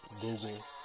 google